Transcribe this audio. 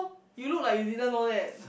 you look like you didn't know that